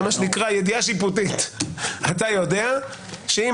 מה שנקרא "ידיעה שיפוטית" אתה יודע שאם